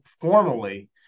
formally